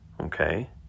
okay